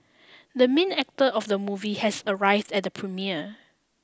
the main actor of the movie has arrived at the premiere